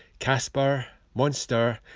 casper, monster,